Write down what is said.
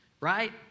Right